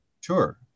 Sure